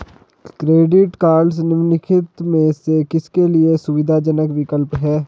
Credit cards निम्नलिखित में से किसके लिए सुविधाजनक विकल्प हैं?